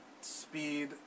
speed